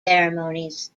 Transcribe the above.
ceremonies